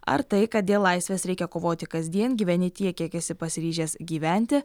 ar tai kad dėl laisvės reikia kovoti kasdien gyveni tiek kiek esi pasiryžęs gyventi